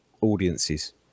audiences